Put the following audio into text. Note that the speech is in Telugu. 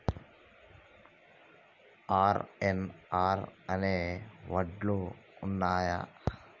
ఆర్.ఎన్.ఆర్ అనే వడ్లు ఉన్నయా?